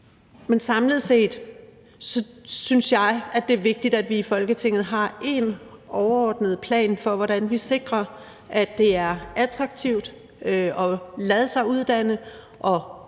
Men samlet set synes jeg, at det er vigtigt, at vi i Folketinget har én overordnet plan for, hvordan vi sikrer, at det er attraktivt at lade sig uddanne til